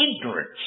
ignorance